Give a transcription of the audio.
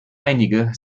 einige